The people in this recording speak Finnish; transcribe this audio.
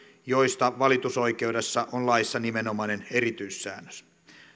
joissa valitusoikeudesta on laissa nimenomainen erityissäännös